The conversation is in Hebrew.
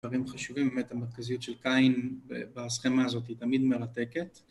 דברים חשובים באמת, המרכזיות של קין וההסכמה הזאת היא תמיד מרתקת